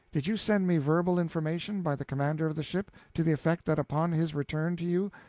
did you send me verbal information, by the commander of the ship, to the effect that upon his return to you,